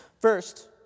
First